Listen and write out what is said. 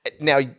Now